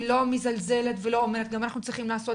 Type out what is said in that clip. אנחנו יודעים שהתקציבים הם לא בשמיים.